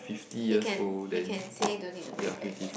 he can he can say don't need to pay back